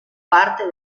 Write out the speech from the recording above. parte